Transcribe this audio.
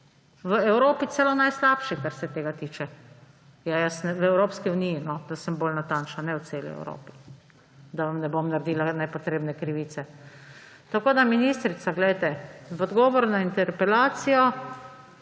v Evropi celo najslabši, kar se tega tiče – v Evropski uniji, da sem bolj natančna, ne v celi Evropi, da vam ne bom naredila nepotrebne krivice. Ministrica, glejte, v odgovoru na interpelacijo